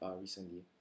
recently